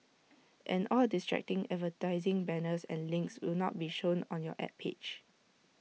and all distracting advertising banners and links will not be shown on your Ad page